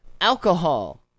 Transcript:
alcohol